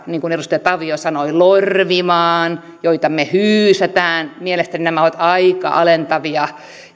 niin kuin edustaja tavio sanoi lorvimaan ja joita me hyysäämme mielestäni nämä ovat aika alentavia